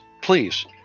please